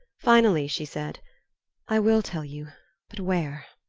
finally she said i will tell you but where,